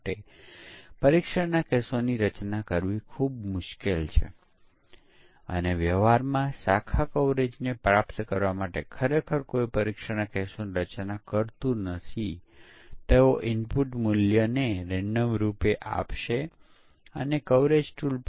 હવે ચાલો black box પરીક્ષણ જોઈએ અને જોઇયે કે પરીક્ષણના કેસોની રચના કેવી રીતે કરીએ છીએ બ્લેક બોક્સ પરીક્ષણના કેસો ડિઝાઇન કરવા માટે વિવિધ વ્યૂહરચના શું છે